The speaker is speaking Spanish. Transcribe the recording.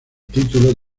título